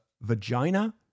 Vagina